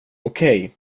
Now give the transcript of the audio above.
okej